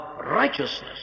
righteousness